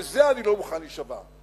לזה אני לא מוכן להישבע,